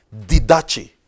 didache